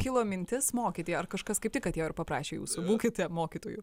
kilo mintis mokyti ar kažkas kaip tik atėjo ir paprašė jūsų būkite mokytoju